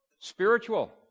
Spiritual